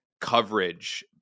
coverage